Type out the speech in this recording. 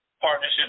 partnership